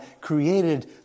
created